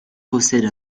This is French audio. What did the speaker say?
possède